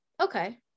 Okay